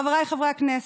חבריי חברי הכנסת,